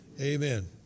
amen